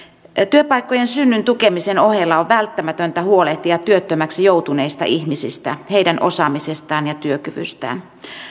työpaikkojen synnyn tukemisen ohella on välttämätöntä huolehtia työttömäksi joutuneista ihmisistä heidän osaamisestaan ja työkyvystään